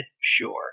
sure